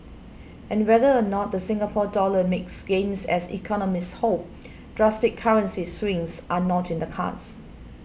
and whether or not the Singapore Dollar makes gains as economists hope drastic currency swings are not in the cards